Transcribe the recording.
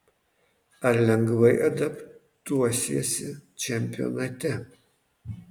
ar lengvai adaptuosiesi čempionate